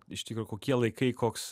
iš tikro kokie laikai koks